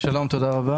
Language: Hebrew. (הצגת מצגת) שלום, תודה רבה.